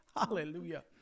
hallelujah